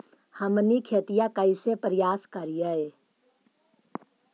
हमनी खेतीया कइसे परियास करियय?